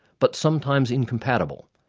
but sometimes incompatible,